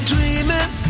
Dreaming